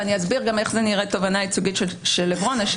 ואסביר גם איך תובענה ייצוגית של עברונה נראית,